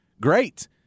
great